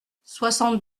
soixante